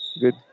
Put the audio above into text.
Good